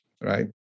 right